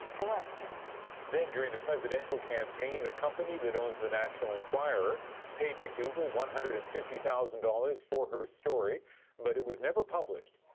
i was, yeah. ian then during the presidential campaign the company that owns the national enquirer paid mcdougal one hundred and fifty thousand dollars for her story but it was never published.